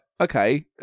okay